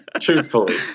truthfully